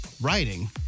writing